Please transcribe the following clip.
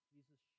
Jesus